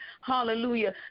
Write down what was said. hallelujah